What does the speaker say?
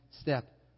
step